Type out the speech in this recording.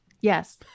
Yes